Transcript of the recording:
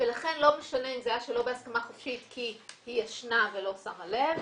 לכן זה לא משנה אם זה היה כי היא ישנה ולא שמה לב,